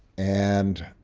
and